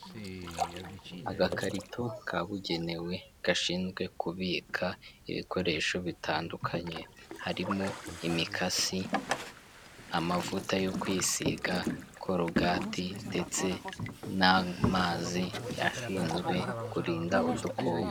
Agakarito kabugenewe gashinzwe kubika ibikoresho bitandukanye harimo imikasi, amavuta yo kwisiga, korogati ndetse n'amazi ashinzwe kurinda udukoko.